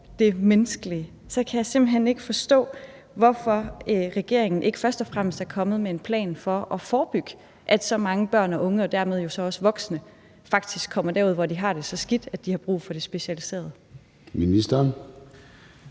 det menneskelige. Så jeg kan simpelt hen ikke forstå, hvorfor regeringen ikke først og fremmest er kommet med en plan for at forebygge, at så mange børn og unge og dermed også voksne faktisk kommer derud, hvor de har det så skidt, at de har brug for det specialiserede. Kl.